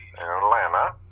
Atlanta